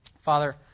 Father